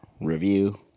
review